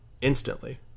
instantly